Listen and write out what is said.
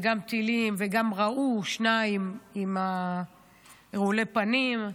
גם טילים וגם הם ראו שני רעולי פנים.